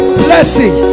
blessing